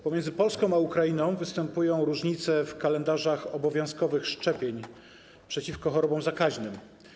Pomiędzy Polską a Ukrainą występują różnice dotyczące kalendarzy obowiązkowych szczepień przeciwko chorobom zakaźnym.